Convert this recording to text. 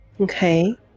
Okay